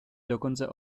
dokonce